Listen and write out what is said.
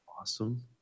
Awesome